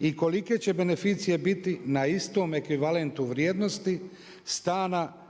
i kolike će beneficije biti na istom ekvivalentu vrijednosti stana